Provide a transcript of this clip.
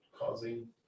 causing